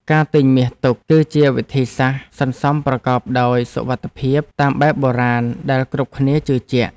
ការទិញមាសទុក គឺជាវិធីសាស្ត្រសន្សំប្រកបដោយសុវត្ថិភាពតាមបែបបុរាណដែលគ្រប់គ្នាជឿជាក់។